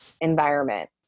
environment